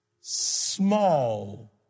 small